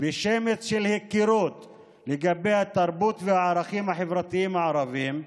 ושמץ של היכרות עם התרבות והערכים החברתיים הערביים,